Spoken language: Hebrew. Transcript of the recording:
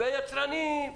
היצרים.